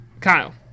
Kyle